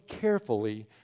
carefully